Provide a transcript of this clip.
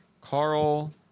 Carl